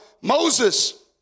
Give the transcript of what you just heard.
Moses